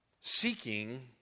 seeking